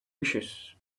wishes